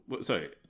Sorry